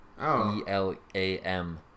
E-L-A-M